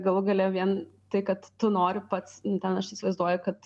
galų gale vien tai kad tu nori pats ten aš įsivaizduoju kad